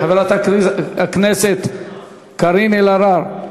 חברת הכנסת קארין אלהרר,